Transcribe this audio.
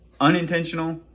unintentional